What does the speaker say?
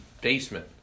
basement